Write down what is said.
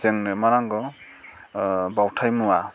जोंनो मा नांगौ बाउथाय मुवा